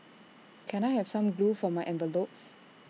can I have some glue for my envelopes